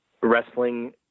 Wrestling